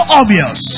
obvious